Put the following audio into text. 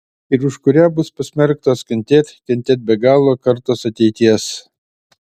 ir už kurią bus pasmerktos kentėt kentėt be galo kartos ateities